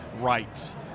rights